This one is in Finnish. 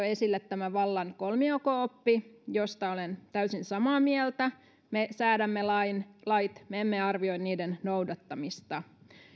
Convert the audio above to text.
esille vallan kolmijako oppi josta olen täysin samaa mieltä me säädämme lait me emme arvioi niiden noudattamista